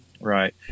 Right